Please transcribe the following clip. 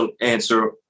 answer